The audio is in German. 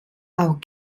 auch